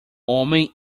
homem